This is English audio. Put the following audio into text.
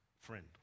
friend